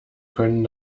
können